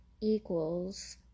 equals